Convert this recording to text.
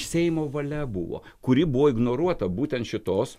seimo valia buvo kuri buvo ignoruota būtent šitos